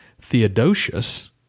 Theodosius